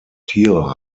tiere